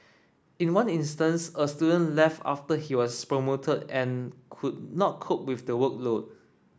in one instance a student left after he was promoted and could not cope with the workload